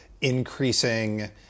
increasing